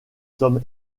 sommes